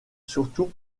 surtout